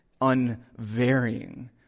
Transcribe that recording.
unvarying